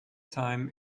time